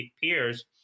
peers